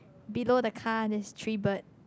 below the car there's three bird